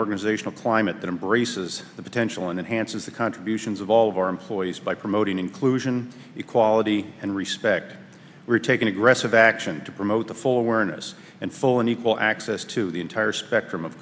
organizational climate that embraces the potential and hansen's the contributions of all of our employees by promoting inclusion equality and respect we're taking aggressive action to promote the full awareness and full and equal access to the entire spectrum of